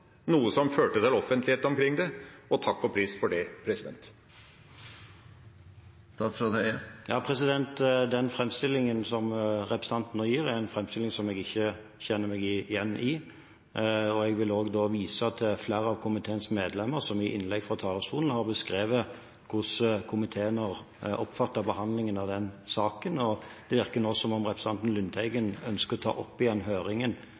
noe som førte til offentlighet omkring det – og takk og pris for det. Den framstillingen som representanten nå gir, er en framstilling som jeg ikke kjenner meg igjen i. Jeg vil også vise til flere av komiteens medlemmer som i innlegg fra talerstolen har beskrevet hvordan komiteen har oppfattet behandlingen av den saken, og det virker nå som om representanten Lundteigen ønsker å ta opp igjen høringen på den